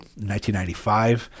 1995